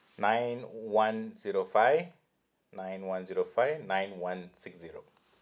nine one zero five nine one zero five nine one six zero